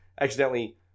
accidentally